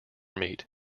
meat